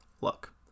look